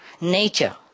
nature